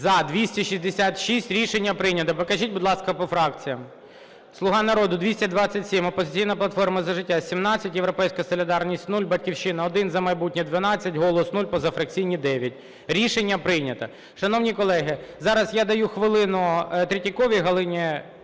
За-266 Рішення прийнято. Покажіть, будь ласка, по фракціям. "Слуга народу" – 227, "Опозиційна платформа – За життя" – 17, "Європейська солідарність" – 0, "Батьківщина" – 1, "За майбутнє" – 12, "Голос" – 0, позафракційні – 9. Рішення прийнято. Шановні колеги, зараз я даю хвилину Третьяковій Галині